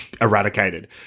eradicated